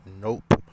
Nope